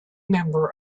member